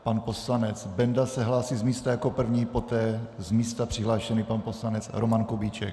Pan poslanec Benda se hlásí z místa jako první, poté z místa přihlášený pan poslanec Roman Kubíček.